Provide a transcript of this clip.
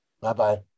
Bye-bye